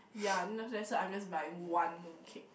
yeah then after that so I'm just buying one mooncake